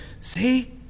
See